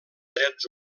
drets